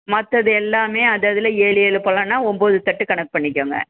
மற்றது எல்லாமே அது அதில் ஏழு ஏழு பழன்னா ஒம்பது தட்டு கணக்கு பண்ணிக்கங்க